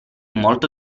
molto